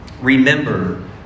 remember